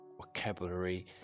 vocabulary